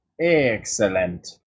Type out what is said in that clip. Excellent